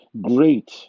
Great